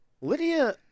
Lydia